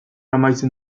amaitzen